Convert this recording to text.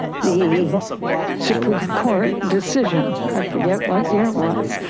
the supreme court decision, i forget what year it was,